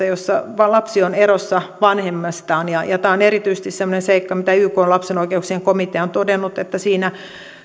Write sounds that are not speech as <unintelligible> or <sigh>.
<unintelligible> jossa lapsi on erossa vanhemmastaan ja ja tämä on erityisesti semmoinen seikka mitä ykn lapsen oikeuksien komitea on todennut että siinä